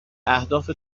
اهداف